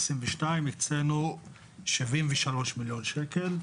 2022 הוצאנו שבעים ושלוש מיליון שקל,